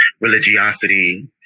religiosity